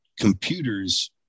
computers